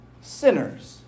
sinners